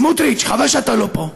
סמוטריץ, חבל שאתה לא פה: